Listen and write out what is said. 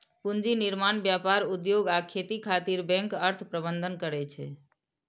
पूंजी निर्माण, व्यापार, उद्योग आ खेती खातिर बैंक अर्थ प्रबंधन करै छै